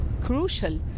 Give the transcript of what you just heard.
crucial